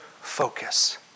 focus